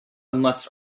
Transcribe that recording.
unless